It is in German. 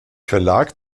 verlag